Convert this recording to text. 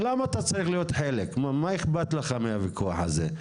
למה אתה צריך להיות חלק, מה אכפת לך מהוויכוח הזה?